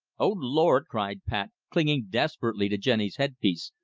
oh, lord! cried pat, clinging desperately to jenny's headpiece.